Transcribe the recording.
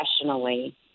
professionally